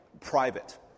private